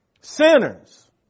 Sinners